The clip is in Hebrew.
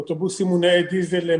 אוטובוסים מונעי דיזל,